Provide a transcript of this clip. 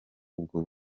ubwo